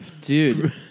dude